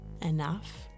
enough